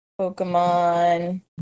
Pokemon